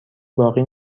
باقی